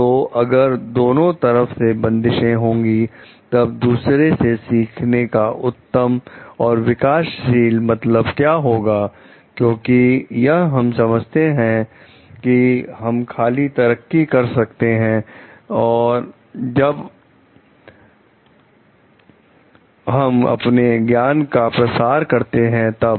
तो अगर दोनों तरफ से बंदिशें होंगी तब दूसरों से सीखने का उत्तम और विवेकशील मतलब क्या होगा क्योंकि हम यह समझते हैं कि हम खाली तरक्की कर सकते हैं जब हम अपने ज्ञान का प्रसार करते हैं तब